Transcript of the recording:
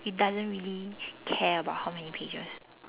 you doesn't really care about how many pages